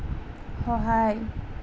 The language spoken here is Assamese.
সহায়